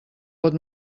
pot